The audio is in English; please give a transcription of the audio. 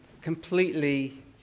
completely